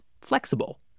flexible